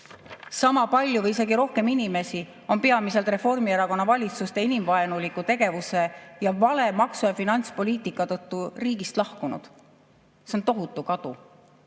Sama palju või isegi rohkem inimesi on peamiselt Reformierakonna valitsuste inimvaenuliku tegevuse ja vale maksu‑ ja finantspoliitika tõttu riigist lahkunud. See on tohutu kadu.